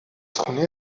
خونه